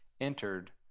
entered